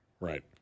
Right